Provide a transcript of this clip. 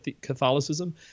Catholicism